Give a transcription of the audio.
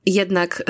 jednak